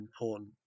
important